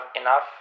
enough